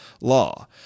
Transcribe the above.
law